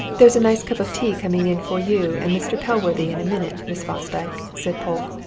there's a nice cup of tea coming in for you and mr. pellworthy in a minute, miss fosdyke, said polke.